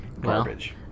garbage